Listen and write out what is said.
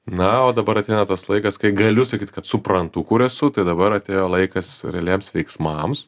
na o dabar ateina tas laikas kai galiu sakyt kad suprantu kur esu tai dabar atėjo laikas realiems veiksmams